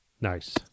Nice